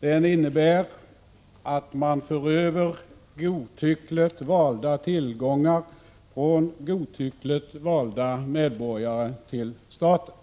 Den innebär att man för över godtyckligt valda tillgångar från godtyckligt valda medborgare till staten.